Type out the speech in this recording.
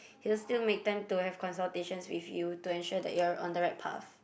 he will still make time to have consultations with you to ensure that you are on the right path